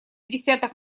десяток